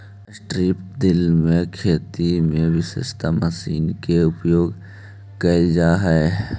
strip till में खेती में विशेष मशीन के उपयोग कैल जा हई